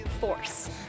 force